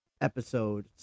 episode